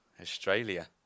Australia